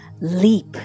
Leap